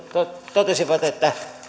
totesivat että